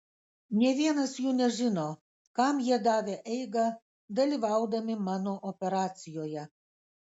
nė vienas jų nežino kam jie davė eigą dalyvaudami mano operacijoje